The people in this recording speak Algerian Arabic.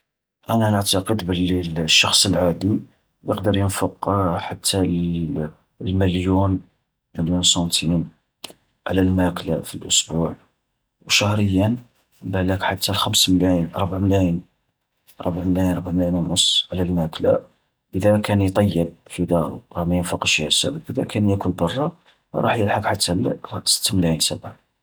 انا نعتقد باللي الشخص العادي يقدر ينفق حتى المليون، مليون سنتيم، على الماكلة في الأسبوع. وشهرياً بالاك حتى الخمس ملاين، ربع ملاين، ربع ملاين ربع ملاين ونص على الماكلة. إذا كان يطيب في دارو راه ما ينفقش ياسر إذا كان يأكل برا راح يلحق حتى الست ملاين سبعة.